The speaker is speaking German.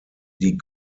die